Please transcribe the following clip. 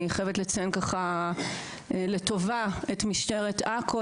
אני חייבת לציין לטובה את משטרת עכו.